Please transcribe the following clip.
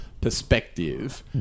perspective